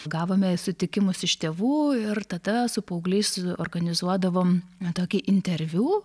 gavome sutikimus iš tėvų ir tada su paaugliais organizuodavom na kokį interviu